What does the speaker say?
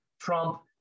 Trump